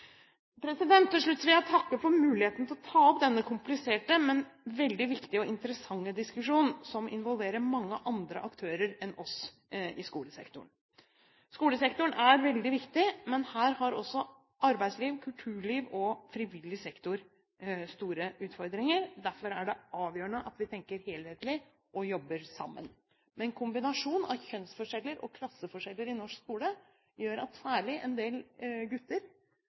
Til slutt vil jeg takke for muligheten til å ta opp denne kompliserte, men veldig viktige og interessante diskusjonen som involverer mange andre aktører enn oss i skolesektoren. Skolesektoren er veldig viktig, men her har også arbeidsliv, kulturliv og frivillig sektor store utfordringer. Derfor er det avgjørende at vi tenker helhetlig og jobber sammen. En kombinasjon av kjønnsforskjeller og klasseforskjeller i norsk skole gjør at særlig en del gutter